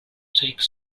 take